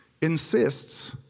insists